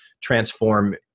transform